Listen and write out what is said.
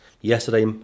yesterday